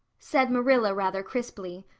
said marilla rather crisply.